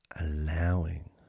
allowing